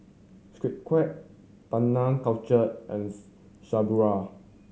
Sunquick Penang Culture and Subaru